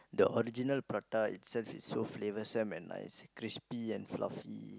the original prata itself is so flavorsome and nice crispy and fluffy